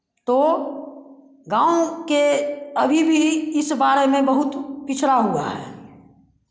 तो गाँव के अभी भी इस बारे में बहुत पिछड़ा हुआ है